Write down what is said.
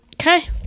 Okay